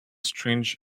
strange